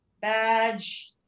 badge